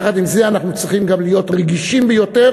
יחד עם זה אנחנו צריכים גם להיות רגישים ביותר